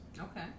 Okay